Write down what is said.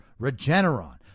Regeneron